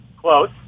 Close